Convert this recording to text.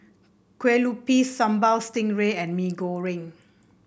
Kueh Lupis Sambal Stingray and Mee Goreng